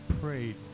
prayed